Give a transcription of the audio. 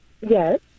Yes